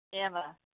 Emma